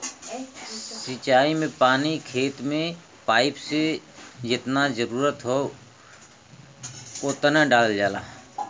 सिंचाई में पानी खेत में पाइप से जेतना जरुरत होत हउवे ओतना डालल जाला